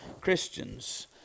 Christians